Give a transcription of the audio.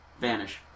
vanish